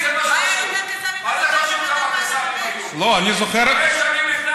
מה זה לא היו יותר קסאמים?